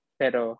pero